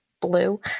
blue